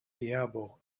diabo